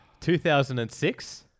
2006